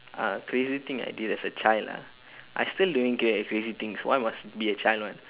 uh crazy thing I did as a child ah I still doing cra~ crazy things why must be a child [one]